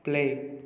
play